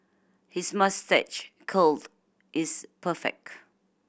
his moustache curl is perfect